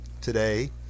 today